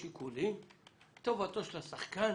טובתו של השחקן